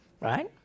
Right